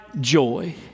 Joy